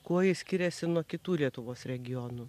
kuo jis skiriasi nuo kitų lietuvos regionų